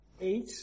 eight